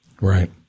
Right